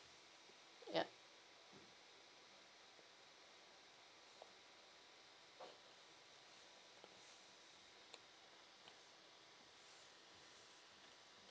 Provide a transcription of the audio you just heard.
ya